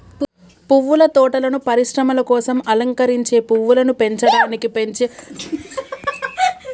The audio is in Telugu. పువ్వుల తోటలను పరిశ్రమల కోసం అలంకరించే పువ్వులను పెంచడానికి పెంచే ఉద్యానవన శాఖ